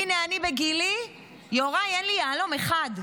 הינה, אני בגילי, יוראי, אין לי יהלום אחד.